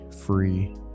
free